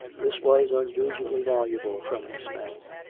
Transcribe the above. this was unusually voluble from this man.